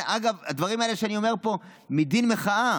אגב, את הדברים האלה אני אומר פה מדין מחאה.